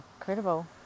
Incredible